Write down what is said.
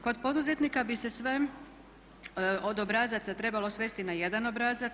Kod poduzetnika bi se od obrazaca trebalo svesti na jedan obrazac.